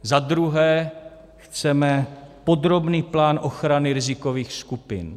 Za druhé chceme podrobný plán ochrany rizikových skupin.